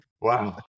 Wow